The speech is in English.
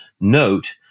note